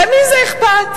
למי זה אכפת?